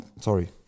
Sorry